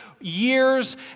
years